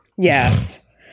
Yes